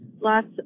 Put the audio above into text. lots